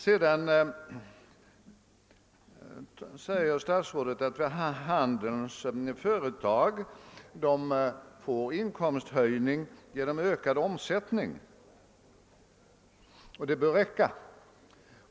Sedan säger statsrådet att handelns företag får en inkomsthöjning genom ökad omsättning och att det bör räcka.